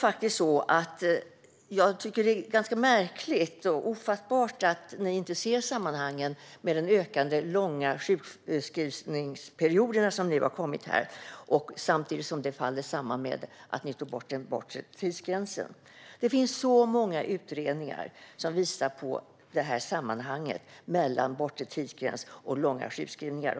Det är ganska märkligt och ofattbart att ni inte ser sammanhanget - att de ökande långa sjukskrivningsperioderna som nu kommit sammanfaller med att ni tog bort den bortre tidsgränsen. Det finns så många utredningar som visar på det sammanhanget mellan bortre tidsgräns och långa sjukskrivningar.